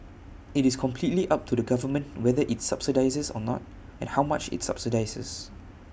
IT is completely up to the government whether IT subsidises or not and how much IT subsidises